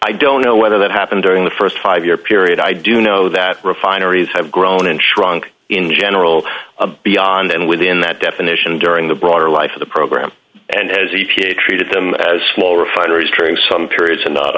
i don't know whether that happened during the st five year period i do know that refineries have grown and shrunk in general beyond and within that definition during the broader life of the program and as a p a treated them as small refineries during some periods and ot